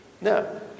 No